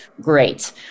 great